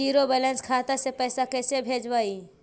Zero balance खाता से पैसा कैसे भेजबइ?